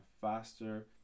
faster